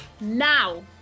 now